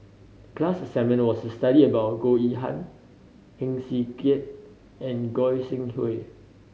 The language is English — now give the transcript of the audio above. the class assignment was to study about Goh Yihan Heng Swee Keat and Goi Seng Hui